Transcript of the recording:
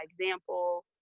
example